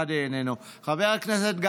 חבר הכנסת אבו שחאדה,